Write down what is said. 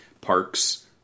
parks